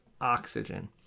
oxygen